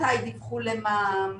מתי דיווחו למע"מ,